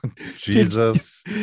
jesus